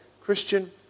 Christian